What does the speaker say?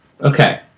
okay